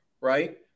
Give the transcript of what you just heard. right